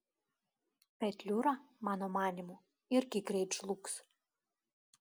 petliūra mano manymu irgi greit žlugs